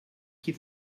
qui